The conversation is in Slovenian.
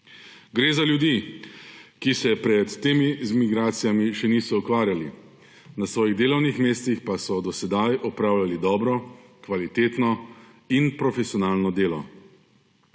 Gre za ljudi, ki se pred tem z migracijami še niso ukvarjali; na svojih delovnih mestih pa so do sedaj opravljali dobro, kvalitetno in profesionalno delo.